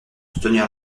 soutenir